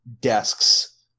desks